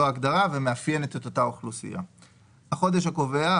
"החודש הקובע"